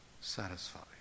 satisfied